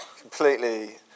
completely